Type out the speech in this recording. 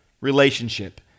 relationship